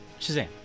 Shazam